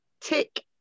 tick